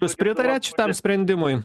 jūs pritariat šitam sprendimui